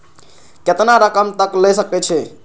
केतना रकम तक ले सके छै?